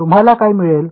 तुम्हाला काय मिळेल